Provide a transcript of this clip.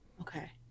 okay